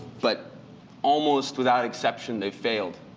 but almost without exception, they failed.